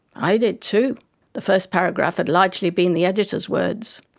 i did too the first paragraph had largely been the editor's words!